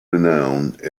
renowned